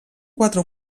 quatre